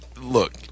Look